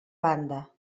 banda